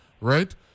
right